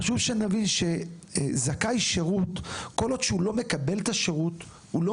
חשוב שנבין: כל עוד זכאי שירות לא מקבל את השירות הוא לא